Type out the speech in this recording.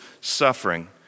suffering